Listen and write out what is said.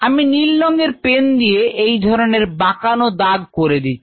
আমি নীল রংয়ের পেন দিয়ে এই ধরনের বাঁকানো দাগ করে দিচ্ছি